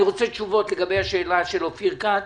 אני מבקש תשובות לגבי השאלה של אופיר כץ.